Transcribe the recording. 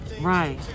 Right